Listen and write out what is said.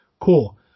cool